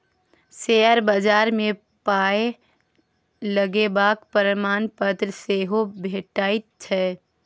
share बजार मे पाय लगेबाक प्रमाणपत्र सेहो भेटैत छै